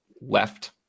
left